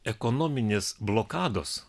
ekonominės blokados